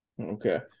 Okay